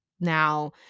Now